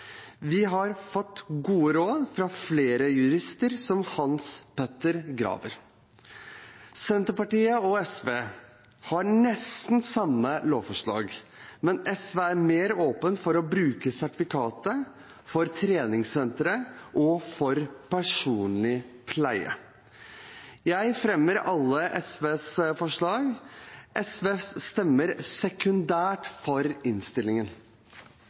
Vi har fått gode råd fra flere jurister, som Hans Petter Graver. Senterpartiet og SV har nesten samme lovforslag, men SV er mer åpen for å bruke sertifikatet for treningssentre og for personlig pleie. Jeg fremmer alle SVs forslag. SV stemmer sekundært for innstillingen.